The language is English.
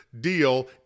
deal